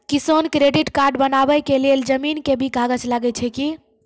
किसान credit card बनबा के लेल जमीन के भी कागज लागै छै कि?